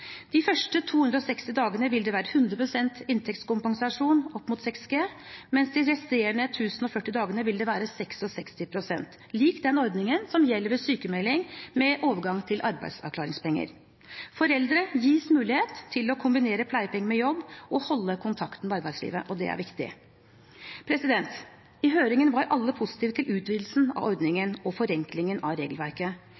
De første 260 dagene vil det være 100 pst. inntektskompensasjon opp mot 6G, og de resterende 1 040 dagene vil det være 66 pst. – lik den ordningen som gjelder ved sykmelding med overgang til arbeidsavklaringspenger. Foreldre gis mulighet til å kombinere pleiepenger med jobb og holde kontakten med arbeidslivet. Det er viktig. I høringen var alle positive til utvidelsen av